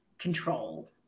control